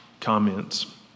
comments